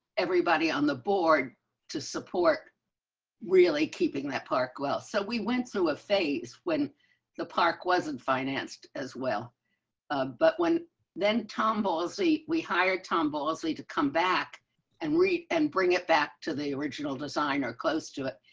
everybody on the board to support really keeping that park. well, so we went through a phase when the park wasn't financed as well. ronnie eldridge but when then tumbles the we hired tumbles lead to come back and read and bring it back to the original design or close to it.